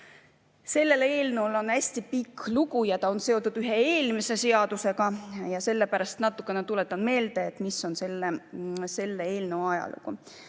Sellel eelnõul on hästi pikk lugu ja ta on seotud ühe teise seadusega, sellepärast natukene tuletan meelde, mis on selle eelnõu ajalugu.